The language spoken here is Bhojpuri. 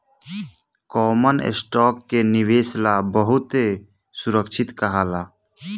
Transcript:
कॉमन स्टॉक के निवेश ला बहुते सुरक्षित कहाला